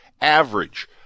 average